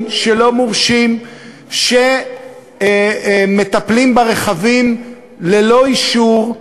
לא מורשים שמטפלים ברכבים ללא אישור,